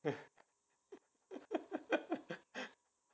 <Z